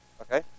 Okay